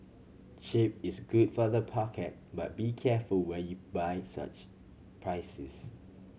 cheap is good for the pocket but be careful where you buy such prices